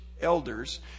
elders